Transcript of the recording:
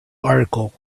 article